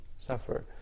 Suffer